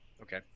okay